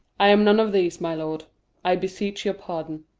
i am none of these, my lord i beseech your pardon.